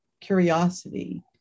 curiosity